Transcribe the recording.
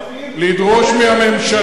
לדרוש מהממשלה,